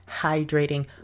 hydrating